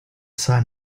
sun